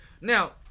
Now